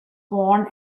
born